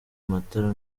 amatara